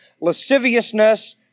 Lasciviousness